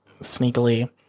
sneakily